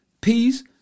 peace